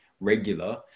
regular